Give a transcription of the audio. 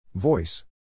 Voice